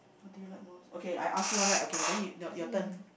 what do you like most okay I ask you want right okay then you your your turn